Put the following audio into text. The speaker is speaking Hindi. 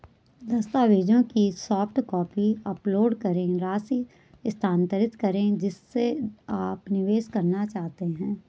दस्तावेजों की सॉफ्ट कॉपी अपलोड करें, राशि स्थानांतरित करें जिसे आप निवेश करना चाहते हैं